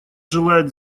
желает